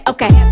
Okay